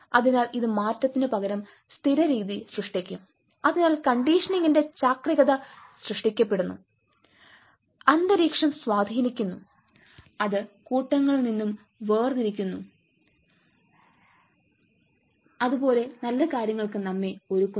അതിനാൽ ഇത് മാറ്റത്തിനുപകരം സ്ഥിരരീതി സൃഷ്ടിക്കും അതിനാൽ കണ്ടീഷനിംഗിന്റെ ചാക്രികത സൃഷ്ടിക്കപ്പെടുന്നു അന്തരീക്ഷം സ്വാധീനിക്കുന്നു അത് കൂട്ടങ്ങളിൽ നിന്നും വേർതിരിക്കുന്നത് പോലെ നല്ല കാര്യങ്ങൾക്ക് നമ്മെ ഒരുക്കുന്നു